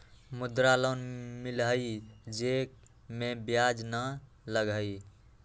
मुद्रा लोन मिलहई जे में ब्याज न लगहई?